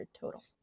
total